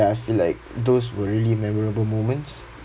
ya I feel like those were really memorable moments